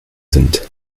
sind